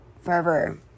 forever